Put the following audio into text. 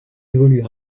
évoluer